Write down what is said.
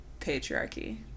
patriarchy